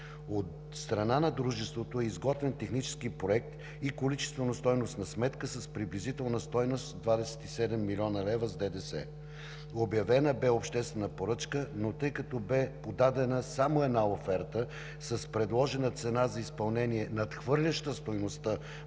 От страна на дружеството е изготвен технически проект и количествено стойностна сметка с приблизителна стойност 27 млн. лв. с ДДС. Обявена бе обществена поръчка, но тъй като бе подадена само една оферта с предложена цена за изпълнение, надхвърляща стойността